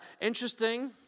Interesting